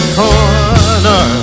corner